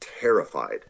terrified